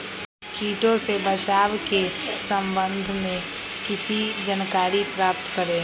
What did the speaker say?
किटो से बचाव के सम्वन्ध में किसी जानकारी प्राप्त करें?